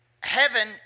Heaven